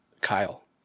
Kyle